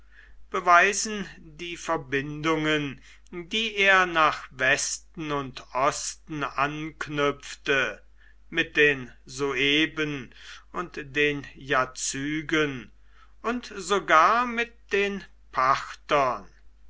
beweisen die verbindungen die er nach westen und osten anknüpfte mit den sueben und den jazygen und sogar mit den parthern